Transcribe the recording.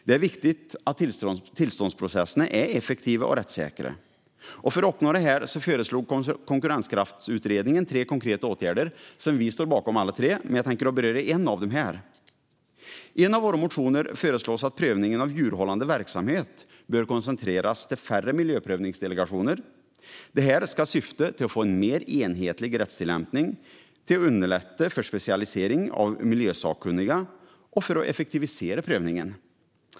Det är viktigt att tillståndsprocesserna är effektiva och rättssäkra. För att uppnå detta föreslog Konkurrenskraftsutredningen tre konkreta åtgärder, som vi står bakom. Jag tänker beröra en av dem här. I en av våra motioner föreslås att prövningen av djurhållande verksamhet koncentreras till färre miljöprövningsdelegationer. Detta ska syfta till att få en mer enhetlig rättstillämpning, till att underlätta för specialisering av miljösakkunniga och till att effektivisera prövningen.